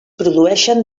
produeixen